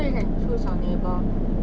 so you can choose your neighbour